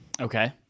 Okay